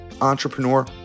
entrepreneur